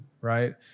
right